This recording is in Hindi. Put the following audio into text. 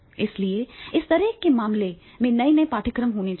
इसलिए इस तरह के मामलों में नए नए पाठ्यक्रम होने चाहिए